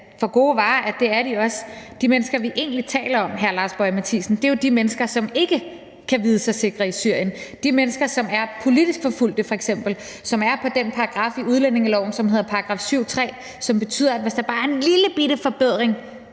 for gode varer, at det er de også. De mennesker, vi egentlig taler om her, hr. Lars Boje Mathiesen, er jo de mennesker, som ikke kan vide sig sikre i Syrien – de mennesker, som f.eks. er politisk forfulgte, og som er på den paragraf i udlændingeloven, som hedder § 7, stk. 3, og betyder, at hvis der bare er en lillebitte forbedring